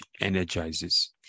energizes